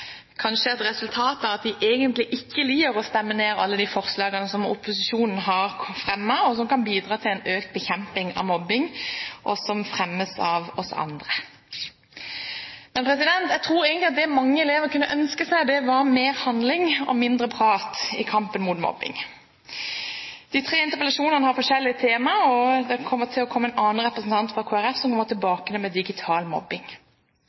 kanskje et resultat av at de egentlig ikke liker å stemme ned alle de forslagene som opposisjonen har fremmet, og som kan bidra til økt bekjemping av mobbing. Jeg tror egentlig at det mange elever kunne ønske seg, var mer handling og mindre prat i kampen mot mobbing. De tre interpellasjonene har forskjellig tema, og det er en annen representant fra Kristelig Folkeparti som vil komme inn på digital mobbing.